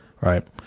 Right